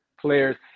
players